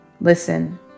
listen